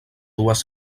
dues